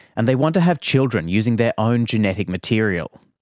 and they want to have children using their own genetic material.